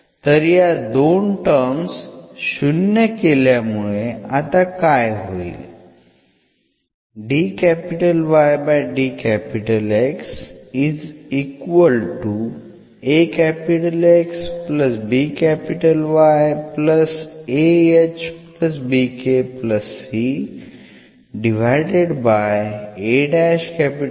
तर या दोन टर्म्स शून्य केल्यामुळे आता काय होईल